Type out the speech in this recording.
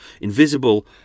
invisible